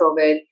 COVID